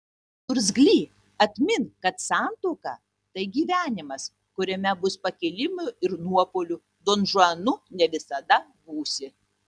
niurgzly atmink kad santuoka tai gyvenimas kuriame bus pakilimų ir nuopuolių donžuanu ne visada būsi